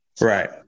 Right